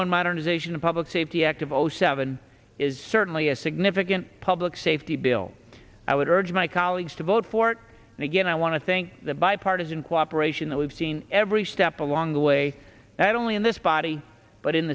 one modernization of public safety act of zero seven is certainly a significant public safety bill i would urge my colleagues to vote for it and again i want to thank the bipartisan cooperation that we've seen every step along the way that only in this body but in